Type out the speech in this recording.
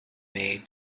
made